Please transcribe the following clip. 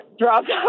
dropped